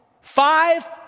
five